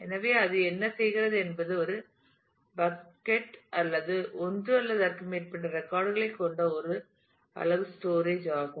எனவே அது என்ன செய்கிறது என்பது ஒரு பக்கட் ஒன்று அல்லது அதற்கு மேற்பட்ட ரெக்கார்ட் களைக் கொண்ட ஒரு அலகு ஸ்டோரேஜ் ஆகும்